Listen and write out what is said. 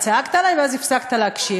צעקת עלי, צעקת עלי, ואז הפסקת להקשיב.